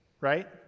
right